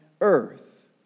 earth